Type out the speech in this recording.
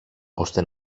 ώστε